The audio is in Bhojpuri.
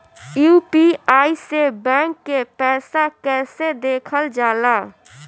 यू.पी.आई से बैंक के पैसा कैसे देखल जाला?